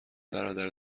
برادر